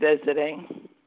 visiting